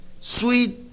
Sweet